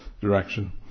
direction